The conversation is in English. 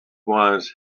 was